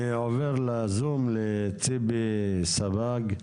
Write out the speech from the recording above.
אני עובר לזום לציפי סבג,